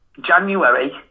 January